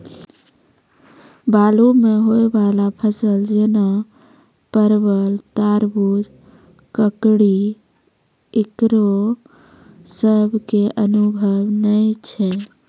बालू मे होय वाला फसल जैना परबल, तरबूज, ककड़ी ईकरो सब के अनुभव नेय छै?